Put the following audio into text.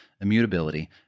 immutability